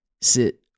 sit